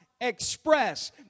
express